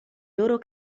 loro